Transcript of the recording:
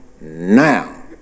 now